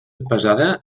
pesada